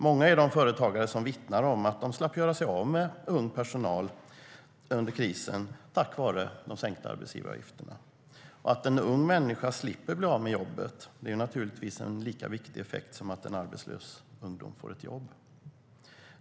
Många företagare vittnar om att de slapp göra sig av med ung personal under krisen tack vare de sänkta arbetsgivaravgifterna. Att en ung människa slipper bli av med jobbet är naturligtvis en lika viktig effekt som att en arbetslös ungdom får ett jobb.